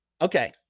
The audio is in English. Okay